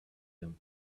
him